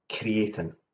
creating